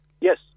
Yes